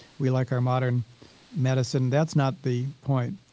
we like our modern medicine. that's not the point.